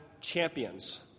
champions